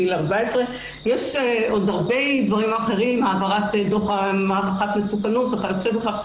גיל 14. יש עוד הרבה דברים אחרים העברת דוח הערכת מסוכנות וכיוצא בכך.